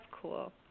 cool